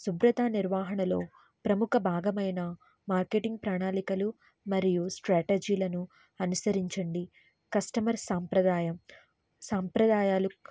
శుభ్రత నిర్వహణలో ప్రముఖ భాగమైన మార్కెటింగ్ ప్రణాళికలు మరియు స్ట్రాటజీలను అనుసరించండి కస్టమర్ సాంప్రదాయం సాంప్రదాయాలు